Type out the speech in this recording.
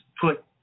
put